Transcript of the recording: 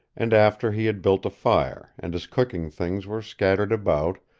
and after he had built a fire, and his cooking things were scattered about,